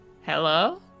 Hello